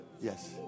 yes